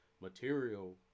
material